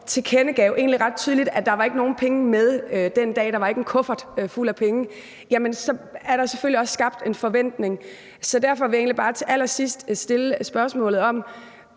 tilkendegav, at der ikke var nogen penge med den dag, at der ikke var en kuffert fuld af penge, så er der selvfølgelig skabt en forventning. Så derfor vil jeg egentlig bare til allersidst –